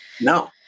No